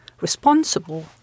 responsible